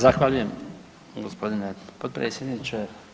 Zahvaljujem potpredsjedniče.